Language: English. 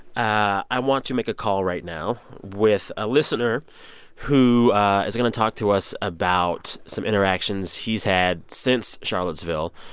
i want to make a call right now with a listener who is going to talk to us about some interactions he's had, since charlottesville,